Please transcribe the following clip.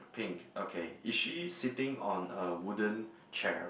pink okay is she sitting on a wooden chair